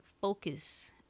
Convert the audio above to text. Focus